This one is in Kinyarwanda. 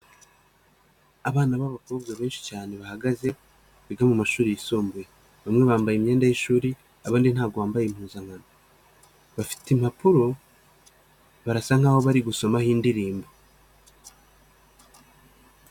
Abana b'abakobwa benshi cyane bahagaze biga mumashuri yisumbuye, bamwe bambaye imyenda y'ishuri abandi ntabwo bambaye impuzankano bafite impapuro barasa nkaho bari gusomaho indirimbo.